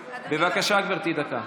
בבקשה, גברתי, דקה.